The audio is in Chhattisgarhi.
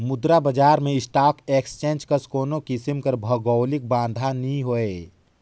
मुद्रा बजार में स्टाक एक्सचेंज कस कोनो किसिम कर भौगौलिक बांधा नी होए